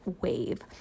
wave